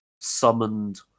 summoned